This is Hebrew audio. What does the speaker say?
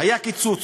היה קיצוץ: